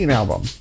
album